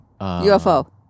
UFO